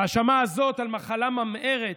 האשמה זאת במחלה ממארת,